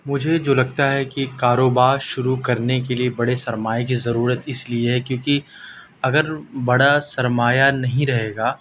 مجھے جو لگتا ہے کہ کاروبار شروع کرنے کے لیے بڑے سرمایے کی ضرورت اس لیے ہے کیونکہ اگر بڑا سرمایہ نہیں رہے گا